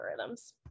algorithms